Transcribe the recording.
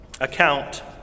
account